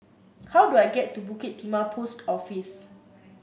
how do I get to Bukit Timah Post Office